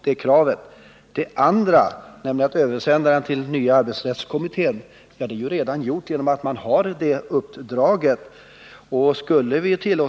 Nu vill m-reservanterna överlämna motionen till nya arbetsrättskommittén, men det är ju redan gjort i och med att kommittén har det uppdrag som det talas om i motionen.